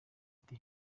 ati